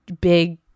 big